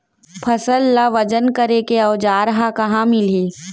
फसल ला वजन करे के औज़ार हा कहाँ मिलही?